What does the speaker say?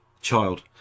child